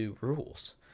rules